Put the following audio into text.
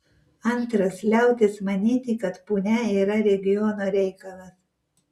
antras liautis manyti kad punia yra regiono reikalas